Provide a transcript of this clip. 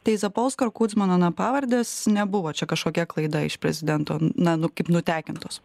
tai zapolska kudzmano na pavardės nebuvo čia kažkokia klaida iš prezidento na nu kaip nutekintos